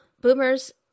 boomers